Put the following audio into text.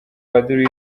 padiri